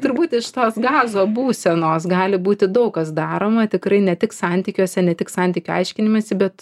turbūt iš tos gazo būsenos gali būti daug kas daroma tikrai ne tik santykiuose ne tik santykių aiškinimesi bet